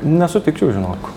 nesutikčiau žinok